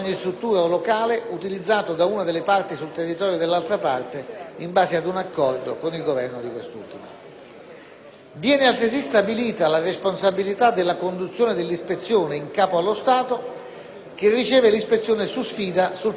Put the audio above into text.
Viene altresì stabilita la responsabilità della conduzione dell'ispezione in capo allo Stato che riceve l'«ispezione su sfida» sul proprio territorio e vengono disciplinate le procedure tecniche di dettaglio di conduzione dell'ispezione,